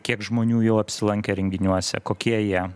kiek žmonių jau apsilankė renginiuose kokie jie